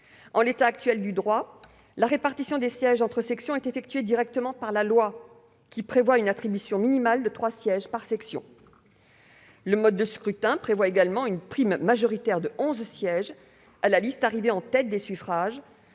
En l'état actuel du droit, la répartition des sièges entre sections est déterminée directement par la loi, qui prévoit une attribution minimale de trois sièges par section. Le mode de scrutin prévoit également une prime majoritaire de onze sièges à la liste arrivée en tête des suffrages,